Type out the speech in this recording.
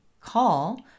call